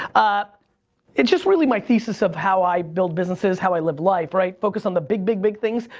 ah it's just really my thesis of how i build businesses, how i live life, right? focus on the big big big things,